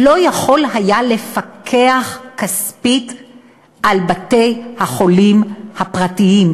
לא היה יכול לפקח כספית על בתי-החולים הפרטיים,